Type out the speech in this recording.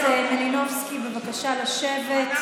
חברת הכנסת מלינובסקי, בבקשה לשבת.